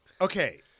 okay